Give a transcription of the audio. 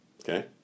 Okay